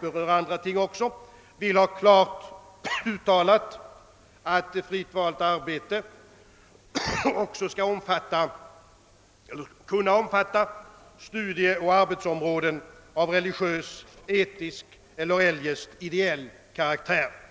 berör andra ting också vill ha klart uttalat, att fritt valt arbete också skall kunna omfatta studier och arbetsområden av religiös, etisk eller eljest ideell karaktär.